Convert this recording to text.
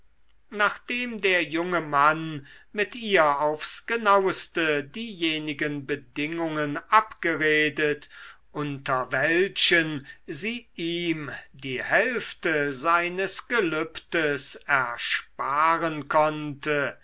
nachdem der junge mann mit ihr aufs genaueste diejenigen bedingungen abgeredet unter welchen sie ihm die hälfte seines gelübdes ersparen konnte